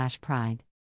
pride